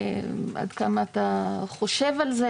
עד כמה אתה חושב על זה,